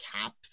cap